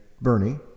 Bernie